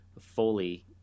fully